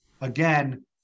again